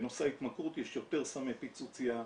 בנושא התמכרות יש יותר סמי פיצוציה,